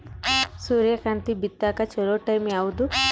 ಸೂರ್ಯಕಾಂತಿ ಬಿತ್ತಕ ಚೋಲೊ ಟೈಂ ಯಾವುದು?